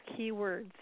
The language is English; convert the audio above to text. keywords